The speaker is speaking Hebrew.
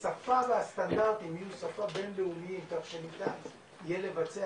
השפה תהיה שפה בינלאומית כך שניתן יהיה לבצע